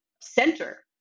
center